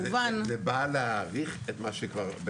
זה בא להאריך בעצם את מה שקיים?